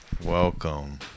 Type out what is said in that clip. Welcome